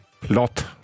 plot